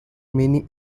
many